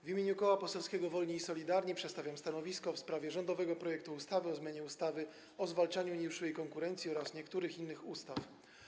W imieniu Koła Poselskiego Wolni i Solidarni przedstawiam stanowisko w sprawie rządowego projektu ustawy o zmianie ustawy o zwalczaniu nieuczciwej konkurencji oraz niektórych innych ustaw.